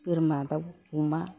बोरमा दाउ अमा